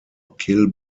kill